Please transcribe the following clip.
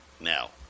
now